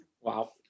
Wow